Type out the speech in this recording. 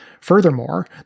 Furthermore